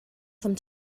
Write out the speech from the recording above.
some